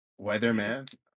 Weatherman